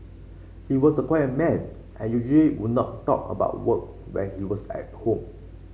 he was a quiet man and usually would not talk about work when he was at home